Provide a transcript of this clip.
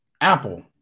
Apple